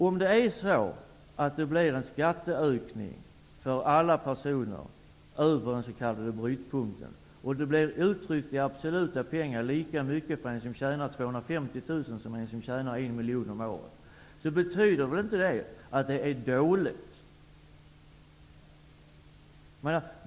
Om det sker en skatteökning för alla personer med inkomster över den s.k. brytpunkten, och det uttryckt i absoluta pengar blir lika mycket för den som tjänar 250 000 som för den som tjänar en miljon om året, betyder inte detta att det är dåligt.